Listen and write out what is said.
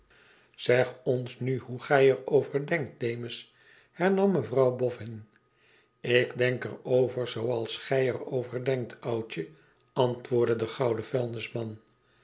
zeg ons nu hoe gij er over denkt demus hernam mevrouw boffin lik denk er over zooals gij er over denkt oudje antwoordde de gouden vuilnisman